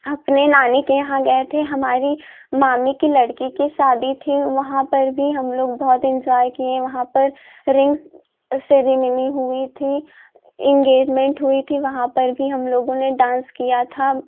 अपनी नानी के यहाँ गए थे हमारी मामी की लड़की की शादी थी वहाँ पर भी हम लोग बहुत इंजॉय किए वहाँ पर रिंग्स सेरिमनी हुई थी इंगेजमेंट हुई थी वहाँ पर भी हम लोगों ने डांस किया था